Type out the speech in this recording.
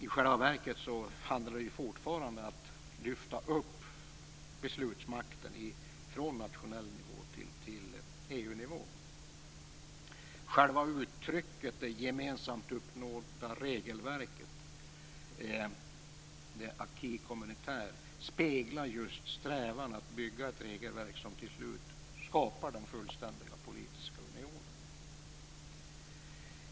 I själva verket handlar det fortfarande om att lyfta upp beslutsmakten från nationell nivå till EU nivå. Själva uttrycket "det gemensamt uppnådda regelverket", l'acquis communautaire, speglar just strävan att bygga ett regelverk som till slut skapar den fullständiga politiska unionen.